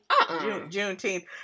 Juneteenth